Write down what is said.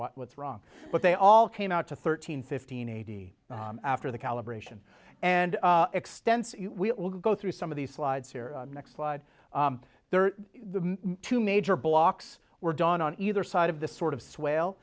what was wrong but they all came out to thirteen fifteen eighty after the calibration and extensive we will go through some of these slides here next slide the two major blocks were done on either side of the sort of swell